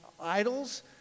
idols